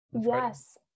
Yes